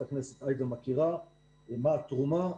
הכנסת עאידה תומא סלימאן מכירה ויודעת מה התרומה.